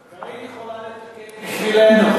קארין יכולה לתקן בשבילנו.